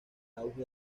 auge